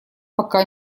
пока